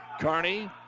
Carney